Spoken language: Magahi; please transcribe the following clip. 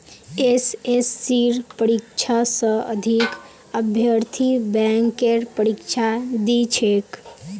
एसएससीर परीक्षा स अधिक अभ्यर्थी बैंकेर परीक्षा दी छेक